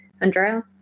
Andrea